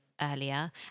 earlier